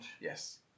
Yes